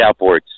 Outboards